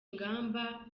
ingamba